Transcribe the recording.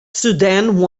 sudan